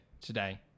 today